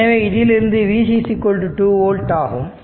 எனவே இதிலிருந்து Vc 2 volt ஆகும்